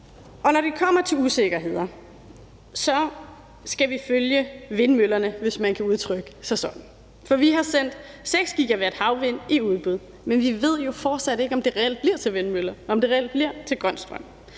Når det kommer til usikkerheder, skal vi følge vindmøllerne, hvis man kan udtrykke det sådan. For vi har sendt 6 GW havvind i udbud, men vi ved jo fortsat ikke, om det bliver til vindmøller og reelt bliver til grøn strøm,